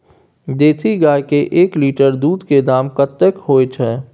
देसी गाय के एक लीटर दूध के दाम कतेक होय छै?